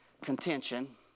contention